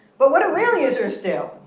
but what do real users do?